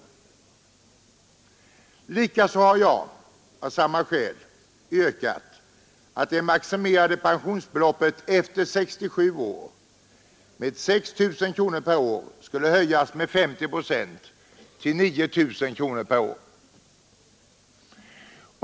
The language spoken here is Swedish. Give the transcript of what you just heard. Likaså har jag av samma skäl yrkat att det maximerade pensionsbeloppet efter 67 år, 6 000 kronor per år, skulle höjas med 50 procent till 9 000 kronor per år.